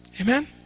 Amen